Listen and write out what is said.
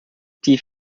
die